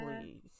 please